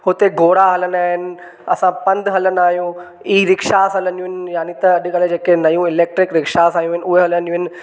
हुते घोड़ा हलंदा आहिनि असां पंध बि हलंदा आहियूं ई रिक्शा हलंंदियूं आहिनि याने त अॼुकल्ह जेके नयूं इलैक्ट्रिक रिक्शाज़ आहियूं आहिनि उहे हलंदियूं आहिनि